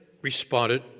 responded